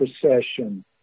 procession